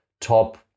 top